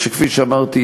שכפי שאמרתי,